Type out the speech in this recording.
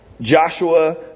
Joshua